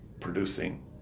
Producing